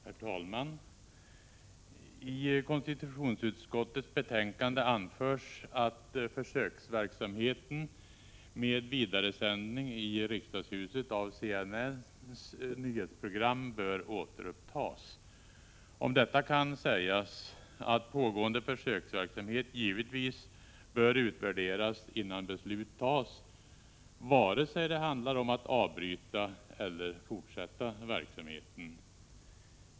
Herr talman! I konstitutionsutskottets betänkande anförs att försöksverksamheten med vidaresändning i riksdagshuset av CNN:s nyhetsprogram bör återupptas. Om detta kan sägas att pågående försöksverksamhet givetvis bör utvärderas innan beslut fattas, vare sig det handlar om att avbryta eller fortsätta verksamheten.